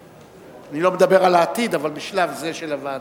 אני לא מדבר על העתיד, אבל בשלב זה, של הוועדה.